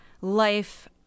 life